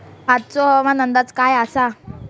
आजचो हवामान अंदाज काय आसा?